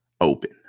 open